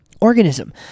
organism